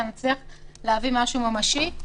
אלא נצליח להביא משהו ממשי.